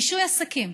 רישוי עסקים.